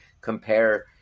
compare